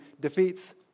defeats